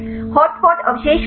hotspot अवशेष क्या हैं